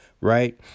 right